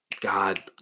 God